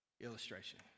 illustration